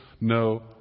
no